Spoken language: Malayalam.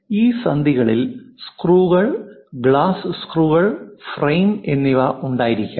ഈ സന്ധികളിൽ സ്ക്രൂകൾ ഗ്ലാസ് സ്ക്രൂകൾ ഫ്രെയിം എന്നിവ ഉണ്ടായിരിക്കാം